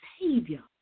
Savior